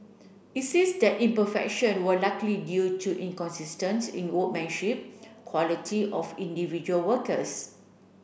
it says that imperfection were likely due to inconsistence in workmanship quality of individual workers